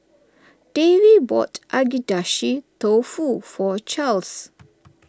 Davy bought Agedashi Dofu for Charles